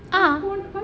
ஆம்:aam